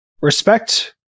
respect